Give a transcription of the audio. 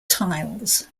tiles